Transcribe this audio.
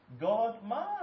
God-man